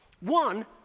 One